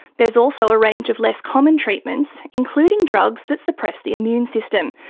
there is also a range of less common treatments including drugs that suppress the immune system,